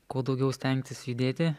kuo daugiau stengtis judėti